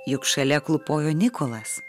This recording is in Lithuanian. juk šalia klūpojo nikolas